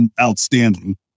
outstanding